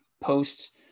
post